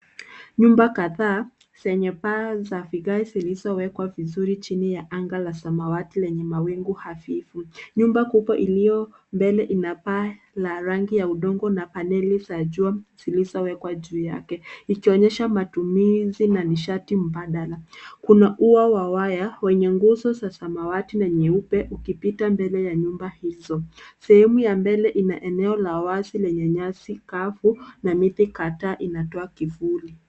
Nyumba kadhaa zenye paa za vigae zilizowekwa vizuri chini ya anga la samawati lenye mawingu hafifu. Nyumba kubwa iliyo mbele ina paa la rangi ya udongo na paneli za jua zilizowekwa juu yake ikionyesha matumizi na nishati mbadala. Kuna ua wa waya wenye nguzo za samawati na nyeupe ukipita mbele ya nyumba hizo. Sehemu ya mbele ina eneo la wazi lenye nyasi kavu na miti kadhaa inatoa kivuli.